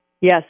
Yes